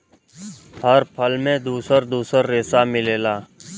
हर फल में दुसर दुसर रेसा मिलेला